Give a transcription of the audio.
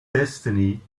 destiny